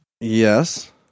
Yes